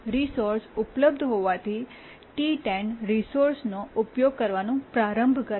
resource ઉપલબ્ધ હોવાથી T10 રિસોર્સનો ઉપયોગ કરવાનું પ્રારંભ કરે છે